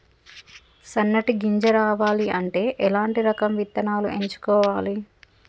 సన్నటి గింజ రావాలి అంటే ఎలాంటి రకం విత్తనాలు ఎంచుకోవాలి?